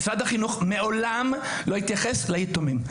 משרד החינוך מעולם לא התייחס ליתומים,